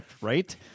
Right